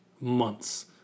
months